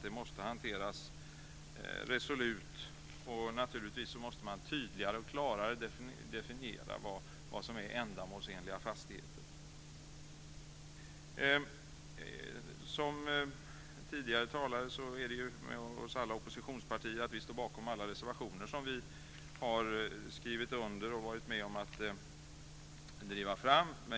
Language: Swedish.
Det måste hanteras resolut. Naturligtvis måste man tydligare och klarare definiera vad som är ändamålsenliga fastigheter. Som tidigare talare sagt är det så med alla oss i oppositionspartierna att vi står bakom alla reservationer som vi har skrivit under och varit med om att driva fram.